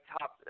top